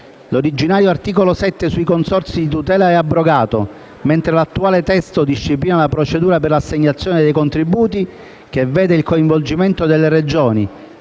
L'originario articolo 7 sui consorzi di tutela è abrogato, mentre l'attuale testo disciplina la procedura per l'assegnazione dei contributi, che vede il coinvolgimento delle Regioni,